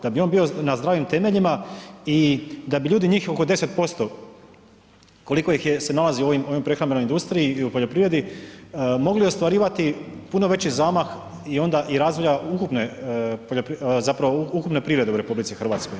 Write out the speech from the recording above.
Da bi on bio na zdravim temeljima i da bi ljudi, njih oko 10% koliko ih se nalazi u ovoj prehrambenoj industriji i poljoprivredi, mogli ostvarivati puno veći zamah i onda i razvoja ukupne poljoprivrede, zapravo ukupne privrede u RH.